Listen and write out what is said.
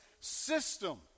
system